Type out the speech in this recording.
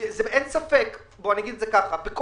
רק